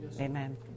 Amen